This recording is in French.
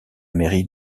mairie